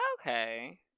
Okay